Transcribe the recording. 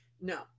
No